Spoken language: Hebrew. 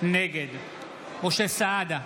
נגד משה סעדה,